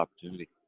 opportunity